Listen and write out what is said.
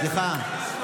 סליחה,